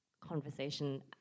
conversation